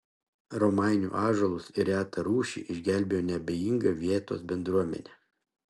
romainių ąžuolus ir retą rūšį išgelbėjo neabejinga vietos bendruomenė